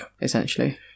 Essentially